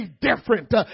different